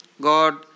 God